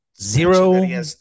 zero